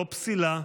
לא פסילה,